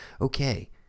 Okay